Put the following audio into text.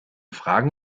fragen